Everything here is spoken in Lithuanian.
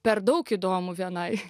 per daug įdomu vienai